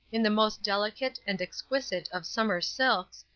in the most delicate and exquisite of summer silks,